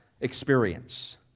experience